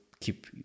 keep